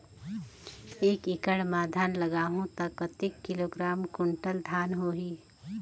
एक एकड़ मां धान लगाहु ता कतेक किलोग्राम कुंटल धान होही?